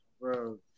Bro